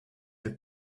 you